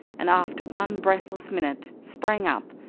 and after one breathless minute sprang up,